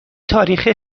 تاریخ